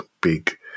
big